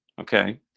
Okay